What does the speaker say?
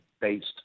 based